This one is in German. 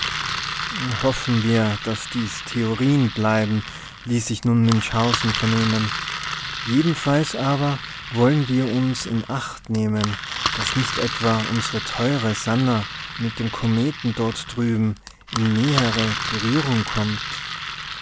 hoffen wir daß dies theorien bleiben ließ sich nun münchhausen vernehmen jedenfalls aber wollen wir uns inachtnehmen daß nicht etwa unsre teure sannah mit dem kometen dort drüben in nähere berührung kommt